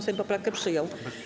Sejm poprawkę przyjął.